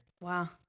Wow